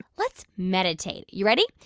let's meditate. you ready?